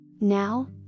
now